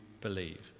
believe